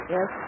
Yes